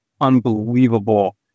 unbelievable